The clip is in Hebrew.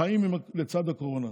חיים לצד הקורונה.